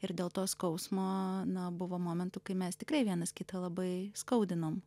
ir dėl to skausmo na buvo momentų kai mes tikrai vienas kitą labai skaudinom